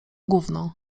gówno